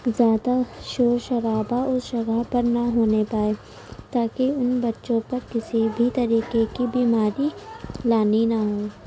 زیادہ شور شرابا اس جگہ پر نہ ہونے پائے تاکہ ان بچوں پر کسی بھی طریقے کی بیماری لانی نہ ہو